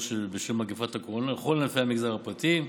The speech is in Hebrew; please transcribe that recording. בשל מגפת הקורונה לכל ענפי המגזר פרטי,